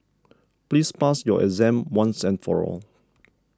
please pass your exam once and for all